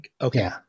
okay